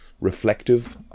reflective